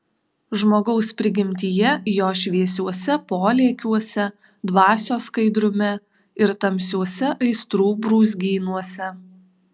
žmogaus prigimtyje jo šviesiuose polėkiuose dvasios skaidrume ir tamsiuose aistrų brūzgynuose